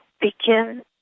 begin